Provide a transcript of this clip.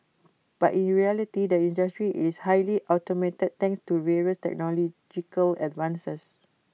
but in reality the industry is highly automated thanks to various technological advances